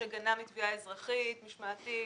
יש הגנה מתביעה אזרחית, משמעתית.